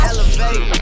Elevate